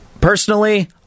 personally